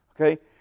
Okay